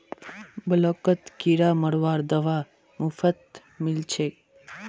ब्लॉकत किरा मरवार दवा मुफ्तत मिल छेक